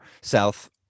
South